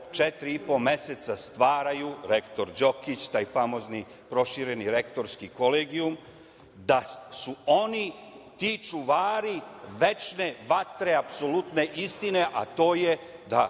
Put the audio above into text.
po meseca stvaraju rektor Đokić, taj famozni prošireni rektorski kolegijum da su oni ti čuvari večne vatre apsolutne istine, a to je da